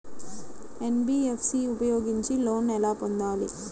NBFC ఉపయోగించి loan ఎలా పొందాలి?